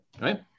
right